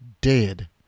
dead